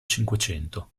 cinquecento